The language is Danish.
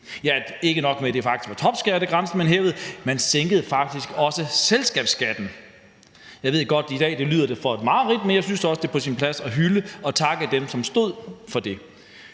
Og ikke nok med, at det faktisk var topskattegrænsen, man hævede, man sænkede faktisk også selskabsskatten. Jeg ved godt, at det i dag lyder som et mareridt, men jeg synes også, det er på sin plads at hylde og takke dem, som stod for det.